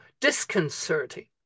disconcerting